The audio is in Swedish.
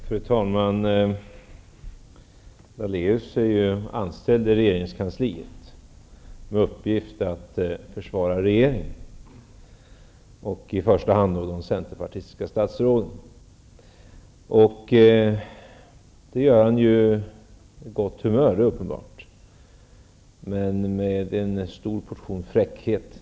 Fru talman! Lennart Daléus är ju anställd i regeringskansliet med uppgift att försvara regeringen, i första hand då de centerpartistiska statsråden. Det är uppenbart att han gör detta med gott humör, men dessutom med en stor portion fräckhet.